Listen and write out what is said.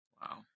Wow